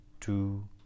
two